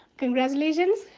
congratulations